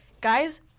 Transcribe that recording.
guys